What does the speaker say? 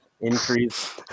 Increase